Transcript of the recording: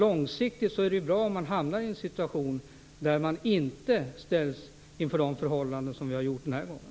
Men det är bra om vi inte långsiktigt hamnar i en situation där vi inte ställs inför sådana förhållanden som har gällt den här gången.